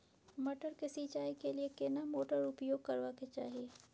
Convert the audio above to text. मटर के सिंचाई के लिये केना मोटर उपयोग करबा के चाही?